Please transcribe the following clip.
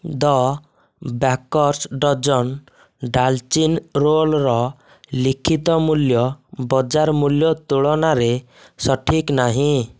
ଦ' bakers dozen ଡାଳଚିନି roll ର ଲିଖିତ ମୂଲ୍ୟ ବଜାର ମୂଲ୍ୟ ତୁଳନାରେ ସଠିକ୍ ନାହିଁ